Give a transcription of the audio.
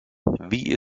wie